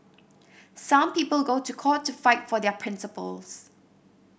some people go to court to fight for their principles